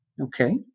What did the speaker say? Okay